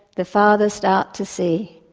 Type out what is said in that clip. the farthest out to sea',